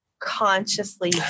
Consciously